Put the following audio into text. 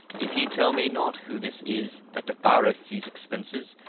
if ye tell me not who this is that devoureth these expences,